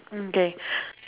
mm K